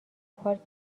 پارک